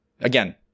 again